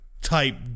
type